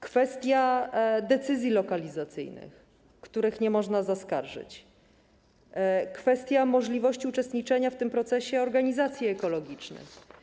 Kwestia decyzji lokalizacyjnych, których nie można zaskarżyć, kwestia możliwości uczestniczenia w tym procesie organizacji ekologicznych.